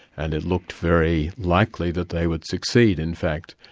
and it looked very likely that they would succeed in fact,